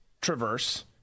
traverse